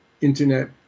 internet